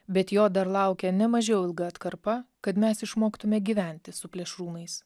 bet jo dar laukia nemažiau ilga atkarpa kad mes išmoktume gyventi su plėšrūnais